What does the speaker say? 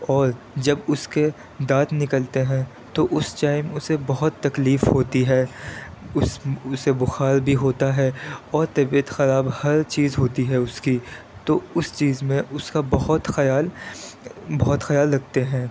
اور جب اس کے دانت نکلتے ہیں تو اس ٹائم اسے بہت تکلیف ہوتی ہے اس اسے بخار بھی ہوتا ہے اور طبیعت خراب ہر چیز ہوتی ہے اس کی تو اس چیز میں اس کا بہت خیال بہت خیال رکھتے ہیں